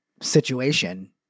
situation